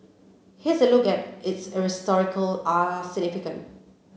here's a look at its historical ah significance